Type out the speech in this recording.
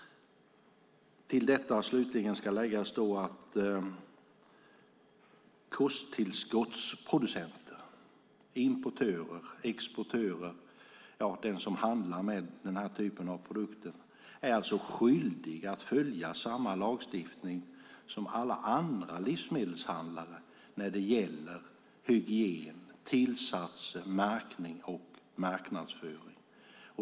Till detta ska slutligen läggas att kosttillskottsproducenter, importörer, exportörer och den som handlar med den här typen av produkter är skyldiga att följa samma lagstiftning som alla livsmedelshandlare när det gäller hygien, tillsatser, märkning och marknadsföring.